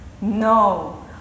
No